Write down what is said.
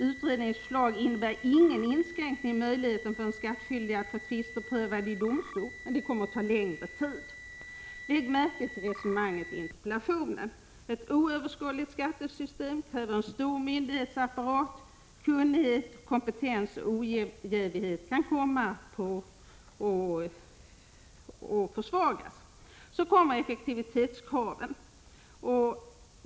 Utredningens förslag innebär ingen inskränkning i möjligheten för den skattskyldige att få tvister prövade i domstol, men det kommer att ta längre tid. Lägg märke till resonemanget i interpellationen! Ett oöverskådligt skattesystem kräver en så stor myndighetsapparat att kunnighet, kompetens och ojävighet kan bli allt svårare att upprätthålla. Till detta kommer effektivitetskraven.